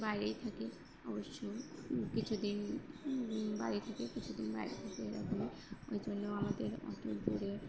বাইরেই থাকে অবশ্যই কিছুদিন বাইরে থাকে কিছুদিন বাড়িতে থাকে এরকমই ওই জন্য আমাদের অত দূরে